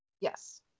Yes